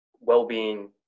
well-being